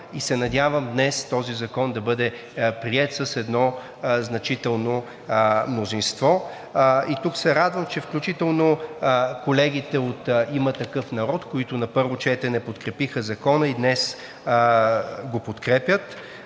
и се надявам днес този закон да бъде приет с едно значително мнозинство. Тук се радвам, че включително колегите от „Има такъв народ“, които на първо четене подкрепиха Закона, и днес го подкрепят.